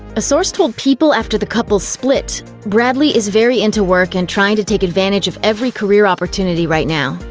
a source told people after the couple split bradley is very into work and is trying to take advantage of every career opportunity right now.